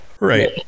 Right